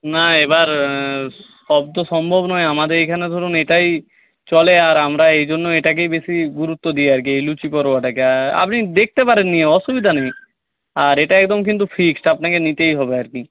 না এবার সব তো সম্ভব নয় আমাদের এখানে ধরুন এটাই চলে আর আমরা এই জন্য এটাকেই বেশি গুরুত্ব দিই আর কি এই লুচি পরোটাটাকে আপনি দেখতে পারেন নিয়ে অসুবিধা নেই আর এটা একদম কিন্তু ফিক্সড আপনাকে নিতেই হবে আর কি